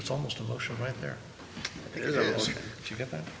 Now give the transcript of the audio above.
that's almost a motion right there if you get that